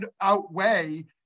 outweigh